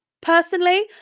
Personally